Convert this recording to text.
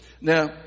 Now